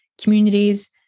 communities